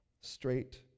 straight